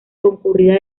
concurrida